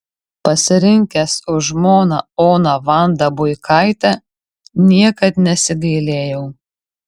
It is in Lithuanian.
pasirinkęs už žmoną oną vandą buikaitę niekad nesigailėjau